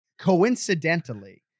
coincidentally